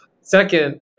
Second